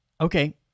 Okay